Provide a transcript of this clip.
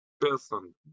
person